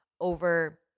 over